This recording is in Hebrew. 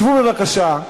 שבו, בבקשה.